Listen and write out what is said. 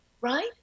right